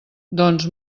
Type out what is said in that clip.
doncs